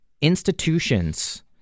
institutions